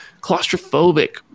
claustrophobic